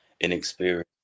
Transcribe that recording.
inexperienced